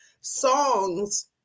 songs